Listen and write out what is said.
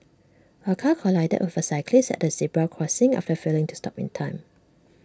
A car collided of A cyclist at A zebra crossing after failing to stop in time